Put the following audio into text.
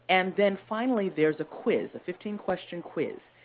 and then finally, there's a quiz, a fifteen question quiz.